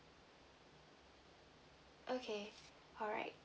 okay alright